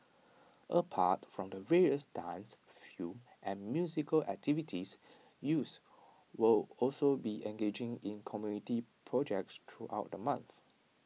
apart from the various dance film and musical activities youths will also be engaging in community projects throughout the month